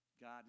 God